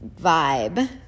vibe